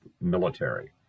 military